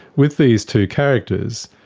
with these two characters,